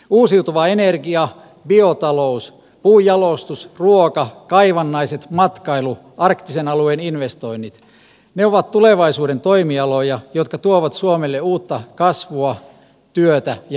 uusiutuva energia biotalous puunjalostus ruoka kaivannaiset matkailu arktisen alueen investoinnit ovat tulevaisuuden toimialoja jotka tuovat suomelle uutta kasvua työtä ja vientituloja